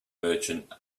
merchant